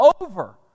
over